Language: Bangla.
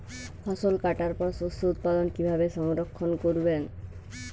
ফসল কাটার পর শস্য উৎপাদন কিভাবে সংরক্ষণ করবেন?